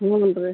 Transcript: ಹ್ಞೂ ರೀ